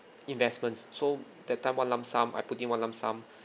investments so that time one lump sum I put in one lump sum